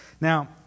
Now